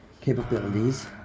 capabilities